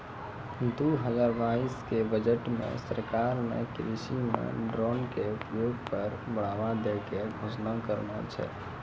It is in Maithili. दू हजार बाइस के बजट मॅ सरकार नॅ कृषि मॅ ड्रोन के उपयोग पर बढ़ावा दै के घोषणा करनॅ छै